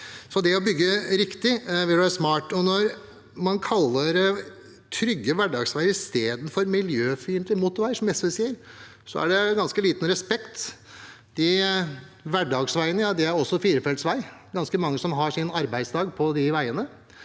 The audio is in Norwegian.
Det å bygge riktig vil være smart. Når man kaller det trygge hverdagsveier istedenfor miljøfiendtlig motorvei, som SV gjør, er det ganske liten respekt. De hverdagsveiene er også firefelts veier. Det er ganske mange som har sin arbeidsdag på de veiene.